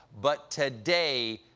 but today,